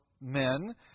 men